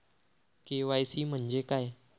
KYC म्हंजे काय?